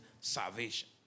salvation